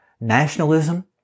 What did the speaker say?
nationalism